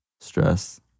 stress